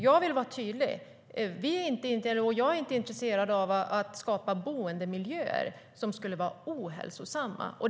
Jag vill vara tydlig: Vi är inte intresserade av att skapa boendemiljöer som skulle vara ohälsosamma.